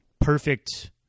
perfect